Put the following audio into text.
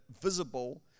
visible